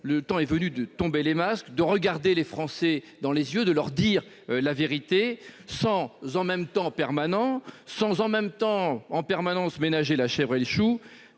le temps est venu de tomber les masques, de regarder les Français dans les yeux et de leur dire la vérité, sans « en même temps » permanent, sans en même temps et en permanence ménager la chèvre et le chou.